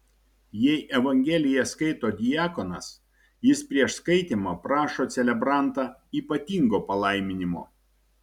jei evangeliją skaito diakonas jis prieš skaitymą prašo celebrantą ypatingo palaiminimo